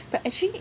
but actually